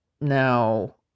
Now